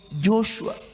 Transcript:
Joshua